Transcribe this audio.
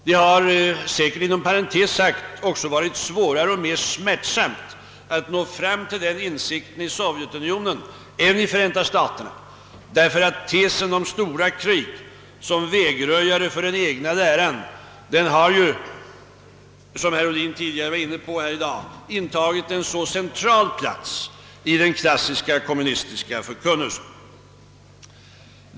Det har, inom parentes sagt, nog varit svårare och mer smärtsamt att nå fram till den insikten i Sovjetunionen än i Förenta staterna, eftersom tesen om stora krig som vägröjare för den egna läran har, såsom herr Ohlin tidigare i dag framhållit, intagit en central plats i den klassiska kommunistiska förkunnelsen.